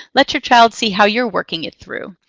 let your child see how you're working it through.